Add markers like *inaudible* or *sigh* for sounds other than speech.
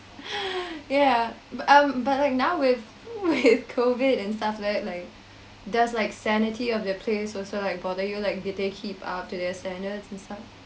*laughs* ya um but like now with *laughs* with COVID and stuff like like does like sanity of their place also like bother you like did they keep up to their standards and stuff